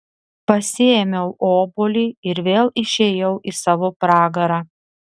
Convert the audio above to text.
pasiėmiau obuolį ir vėl išėjau į savo pragarą